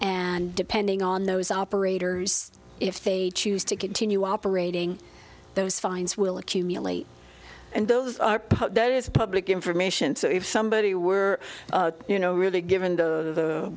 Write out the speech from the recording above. and depending on those operators if they choose to continue operating those fines will accumulate and those are put there is public information so if somebody were you know really given the